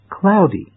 Cloudy